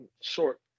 short